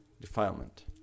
defilement